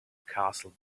castle